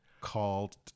called